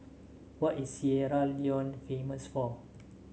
what is Sierra Leone famous for